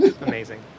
Amazing